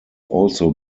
also